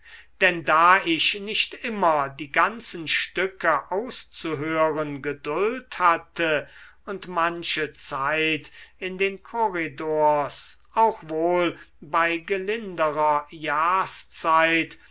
denn da ich nicht immer die ganzen stücke auszuhören geduld hatte und manche zeit in den korridors auch wohl bei gelinderer jahrszeit